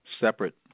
separate